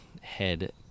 head